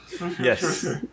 Yes